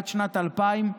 עד שנת 2000,